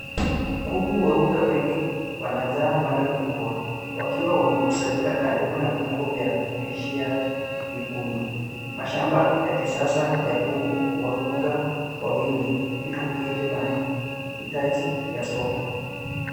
Kuku weupe wengi wanajaa banda kubwa wakiwa wamekusanyika karibu na vyombo vya kulishia vyekundu, mashamba ya sasa kuku huwafuga kwa wingi ili kukidhi mahitaji ya soko.